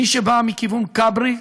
מי שבא מכיוון כברי,